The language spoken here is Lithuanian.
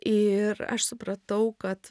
ir aš supratau kad